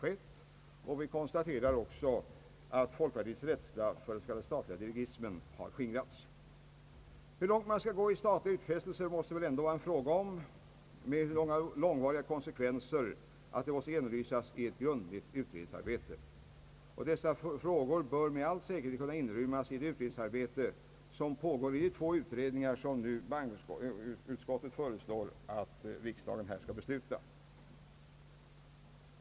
Vi kan också konstatera att folkpartiets rädsla för den s.k. statliga dirigismen har skingrats. Hur långt man skall gå i statliga utfästelser måste väl ändå vara en fråga med så långvariga konsekvenser att de måste genomlysas i ett grundligt utredningsarbete. Dessa frågor bör med all säkerhet kunna inrymmas i det utredningsarbete som pågår och i de två utredningar som bankoutskottet nu föreslår att riksdagen skall besluta om.